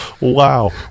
Wow